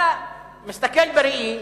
אתה מסתכל בראי,